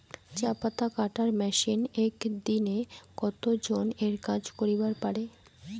চা পাতা কাটার মেশিন এক দিনে কতজন এর কাজ করিবার পারে?